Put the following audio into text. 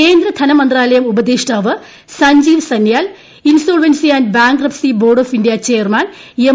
കേന്ദ്ര ധന്മന്ത്രാലയം ഉപദേഷ്ടാവ് Sanjeev Sanyal insolvency and bankruptcy board of India chairman M